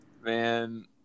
Man